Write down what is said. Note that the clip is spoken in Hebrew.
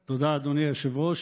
תודה, אדוני היושב-ראש.